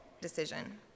decision